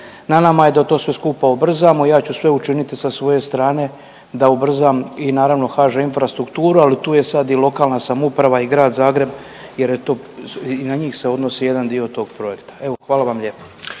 Na nama je da to sve skupa ubrzamo. Ja ću sve učiniti sa svoje strane da ubrzam i naravno HŽ Infrastrukturu, ali tu je sad i lokalna samouprava i grad Zagreb jer je to i na njih se odnosi jedan dio tog projekta. Evo hvala vam lijepo.